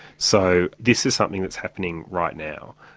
so this is something that is happening right now.